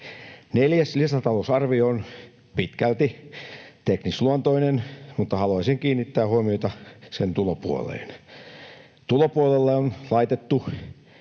Neljäs lisätalousarvio on pitkälti teknisluontoinen, mutta haluaisin kiinnittää huomiota sen tulopuoleen. Tulopuolelle on laitettu